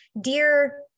dear